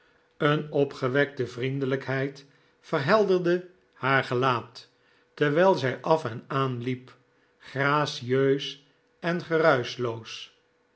een opgewekte vriendelijkheid verhelderde haar gelaat terwijl zij af en aan liep gratieus en geruischloos